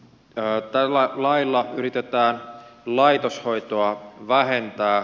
tällä lailla yritetään laitoshoitoa vähentää